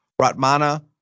Ratmana